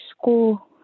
school